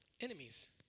enemies